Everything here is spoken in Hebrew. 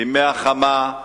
בימי החמה,